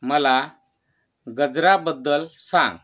मला गजराबद्दल सांग